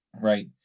Right